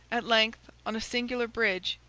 at length, on a singular bridge,